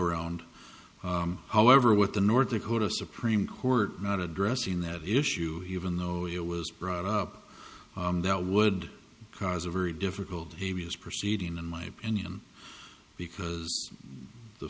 around however with the north dakota supreme court not addressing that issue even though it was brought up that would cause a very difficult he was proceeding in my opinion because the